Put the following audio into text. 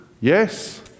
Yes